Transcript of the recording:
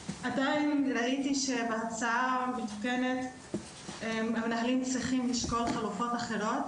עדיין ראיתי שבהצעה המתוקנת המנהלים צריכים לשקול חלופות אחרות,